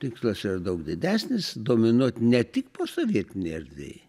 tikslas yra daug didesnis dominuot ne tik posovietinėj erdvėj